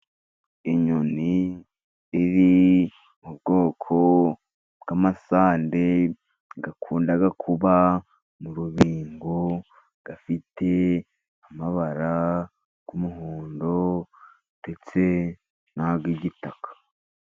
Inyoni iri mu bwoko bw'amasande bukunda kuba mu rubingo. Afite amabara y'umuhondo ndetse n'ay'igitaka.